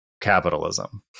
capitalism